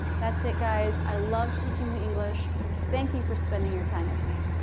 that's it guys i love teaching the english thank you for spending your time with me.